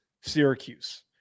Syracuse